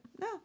No